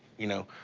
you know,